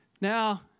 Now